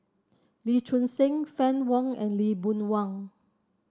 Lee Choon Seng Fann Wong and Lee Boon Wang